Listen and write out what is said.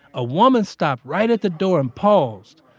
a woman stopped right at the door and paused.